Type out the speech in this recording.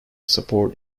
support